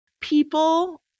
People